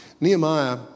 Nehemiah